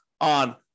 on